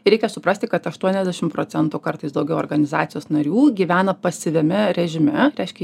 reikia suprasti kad aštuoniadešim procentų kartais daugiau organizacijos narių gyvena pasyviame režime reiškia